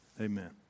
Amen